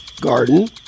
garden